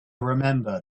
remember